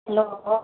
hello